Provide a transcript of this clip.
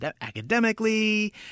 academically